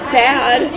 sad